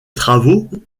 travaux